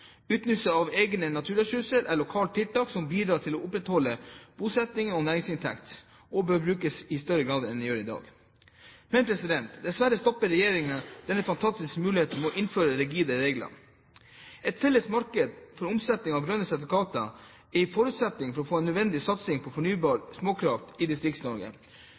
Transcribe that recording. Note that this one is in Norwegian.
av egne naturressurser er et lokalt tiltak som bidrar til å opprettholde bosetting og næringsinntekt, og bør brukes i større grad enn det gjøres i dag. Dessverre stopper regjeringen denne fantastiske muligheten ved å innføre rigide regler. Et felles marked for omsetning av grønne sertifikater er en forutsetning for å få en nødvendig satsing på fornybar småkraft i